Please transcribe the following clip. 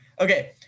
Okay